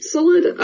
Solid